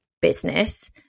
business